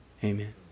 Amen